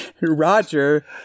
Roger